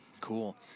Cool